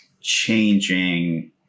changing